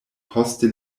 poste